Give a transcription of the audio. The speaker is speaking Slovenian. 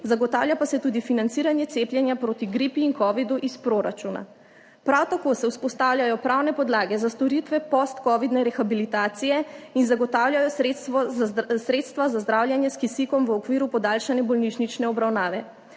zagotavlja pa se tudi financiranje cepljenja proti gripi in covidu iz proračuna. Prav tako se vzpostavljajo pravne podlage za storitve postcovidne rehabilitacije in zagotavljajo sredstva za zdravljenje s kisikom v okviru podaljšane bolnišnične obravnave.